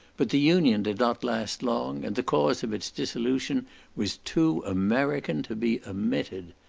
but the union did not last long, and the cause of its dissolution was too american to be omitted.